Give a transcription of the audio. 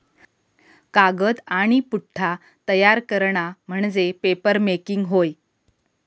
कागद आणि पुठ्ठा तयार करणा म्हणजे पेपरमेकिंग होय